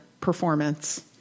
performance